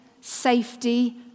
safety